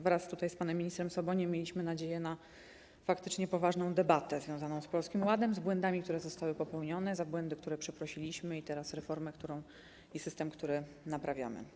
Wraz z panem ministrem Soboniem mieliśmy nadzieję na faktycznie poważną debatę związaną z Polskim Ładem, z błędami, które zostały popełnione, za które przeprosiliśmy, z reformą i system, który naprawiamy.